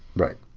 right.